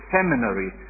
Seminary